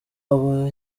aba